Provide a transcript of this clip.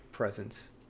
presence